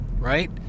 right